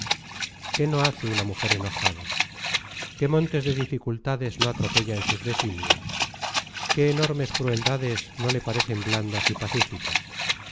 qué no hace una mujer enojada qué montes de dificultades no atropella en sus desinios qué enormes crueldades no le parecen blandas y pacíficas